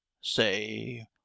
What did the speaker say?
say